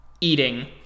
eating